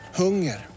hunger